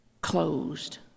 closed